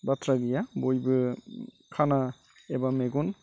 बाथ्रा गैया बयबो खाना एबा मेगन